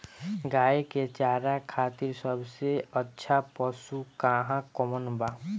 गाय के चारा खातिर सबसे अच्छा पशु आहार कौन बा?